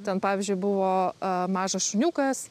ten pavyzdžiui buvo mažas šuniukas